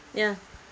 ya